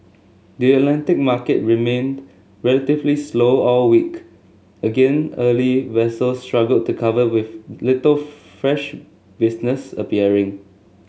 the Atlantic market remained relatively slow all week again early vessels struggled to cover with little fresh business appearing